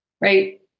right